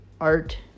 art